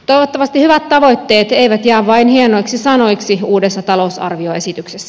toivottavasti hyvät tavoitteet eivät jää vain hienoiksi sanoiksi uudessa talousarvioesityksessä